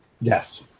Yes